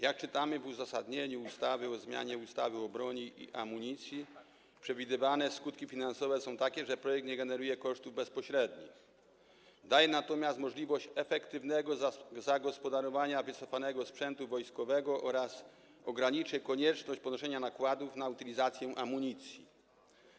Jak czytamy w uzasadnieniu ustawy o zmianie ustawy o broni i amunicji, przewidywane skutki finansowe są takie, że projekt nie generuje kosztów bezpośrednich, daje natomiast możliwość efektywnego zagospodarowania wycofanego sprzętu wojskowego oraz ograniczy konieczność ponoszenia nakładów na utylizację amunicji.